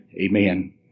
Amen